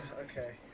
okay